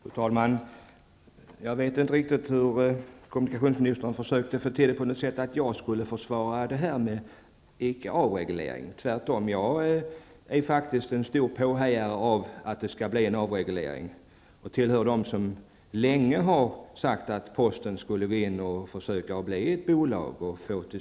Fru talman! Jag vet inte riktigt om kommunikationsministern menade att jag skulle försvara en icke-avreglering. Jag är tvärtom en stor påhejare av att det skall bli en avreglering och tillhör dem som länge sagt att man skall försöka göra posten till ett bolag.